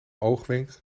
oogwenk